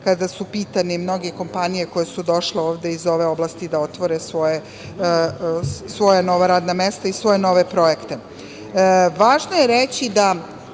kada su pitane mnoge kompanije koje su došle ovde iz ove oblasti da otvore svoja nova radna mesta i svoje nove projekte. Važno je reći da